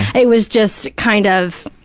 it was just kind of,